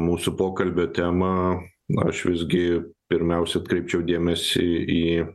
mūsų pokalbio temą na aš visgi pirmiausia atkreipčiau dėmesį į